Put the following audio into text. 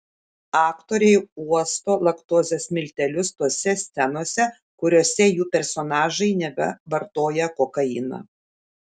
aktoriai uosto laktozės miltelius tose scenose kuriose jų personažai neva vartoja kokainą